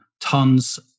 tons